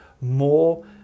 more